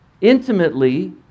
intimately